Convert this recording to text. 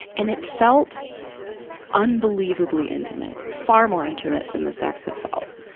and it felt unbelievably intimate, far more intimate than the sex had felt.